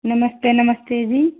नमस्ते नमस्ते जी